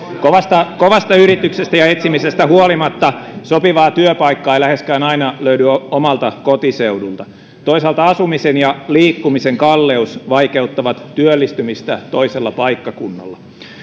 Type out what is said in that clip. kovasta kovasta yrityksestä ja etsimisestä huolimatta sopivaa työpaikkaa ei läheskään aina löydy omalta kotiseudulta toisaalta asumisen ja liikkumisen kalleus vaikeuttavat työllistymistä toisella paikkakunnalla